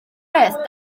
beth